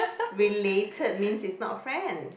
related means it's not friend